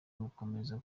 gukomeza